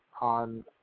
on